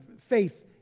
faith